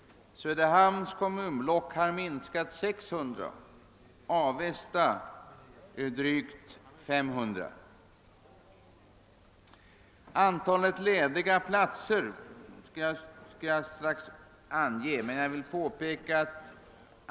Söderhamns kommunblock har minskat med 600 och Avestas har minskat med drygt 500.